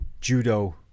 judo